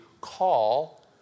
call